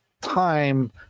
time